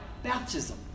Baptism